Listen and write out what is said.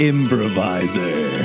Improviser